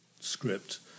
script